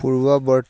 পূৰ্ৱৱৰ্তী